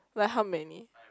like how many